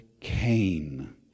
Cain